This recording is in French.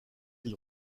ils